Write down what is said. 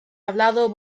hablado